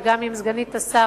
וגם עם סגנית השר,